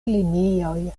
linioj